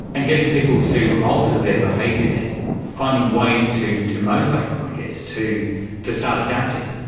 and getting people to alter their behaviour then, finding ways to to motivate them i guess, to to start adapting,